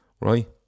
right